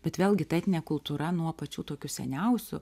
bet vėlgi ta etninė kultūra nuo pačių tokių seniausių